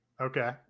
Okay